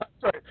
Sorry